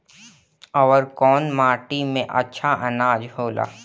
अवर कौन माटी मे अच्छा आनाज होला?